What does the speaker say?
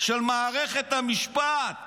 של מערכת המשפט.